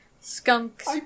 skunks